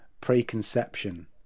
preconception